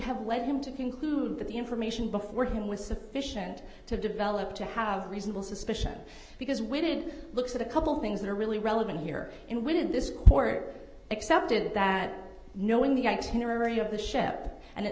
have led him to conclude that the information before him was sufficient to develop to have reasonable suspicion because when it looks at a couple things that are really relevant here and when this court accepted that knowing the itinerary of the ship and